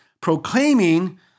Proclaiming